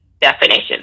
definition